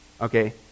okay